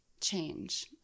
change